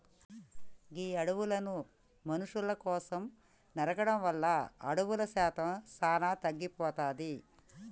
గీ అడవులను మనుసుల కోసం నరకడం వల్ల అడవుల శాతం సానా తగ్గిపోతాది